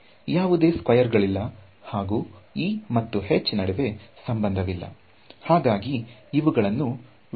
ಯಾವುದೇ ಸ್ಕ್ವಯರ್ ಗಳಿಲ್ಲ ಹಾಗೂ E ಮತ್ತು H ನಡುವೆ ಸಂಬಂಧ ವಿಲ್ಲ